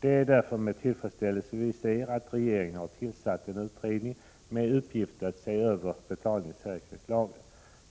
Det är därför med tillfredsställelse vi noterar att regeringen har tillsatt en utredning med uppgift att se över betalningssäkringslagen.